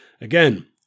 Again